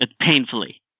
painfully